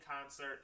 concert